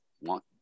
want